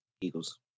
Eagles